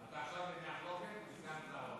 או סגן שר האוצר?